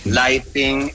lighting